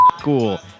cool